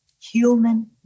human